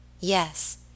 Yes